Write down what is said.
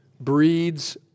breeds